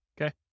Okay